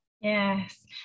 Yes